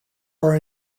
are